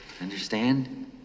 Understand